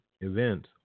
events